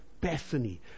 Bethany